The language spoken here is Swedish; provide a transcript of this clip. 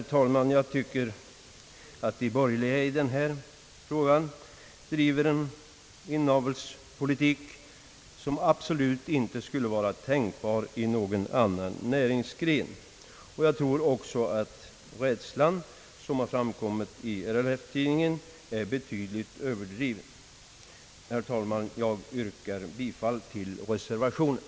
Jag tycker att de borgerliga i den här frågan driver en inavelspolitik, som absolut inte skulle vara tänkbar i fråga om någon annan näringsgren. Jag tror också att den rädsla som framkommit i RLF-tidningen är betydligt överdriven. Herr talman, jag yrkar bifall till reservationen.